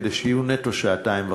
כדי שיהיו נטו שעתיים וחצי.